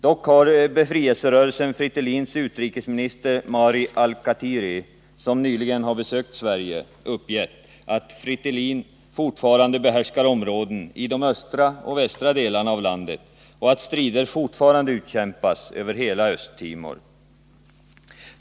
Dock har befrielserörelsen FRETILIN:s utrikesminister Mari Alkatiri, som nyligen besökt Sverige, uppgett att FRETILIN fortfarande behärskar områden i de östra och västra delarna av landet och att strider fortfarande utkämpas över hela Östtimor.